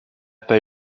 pas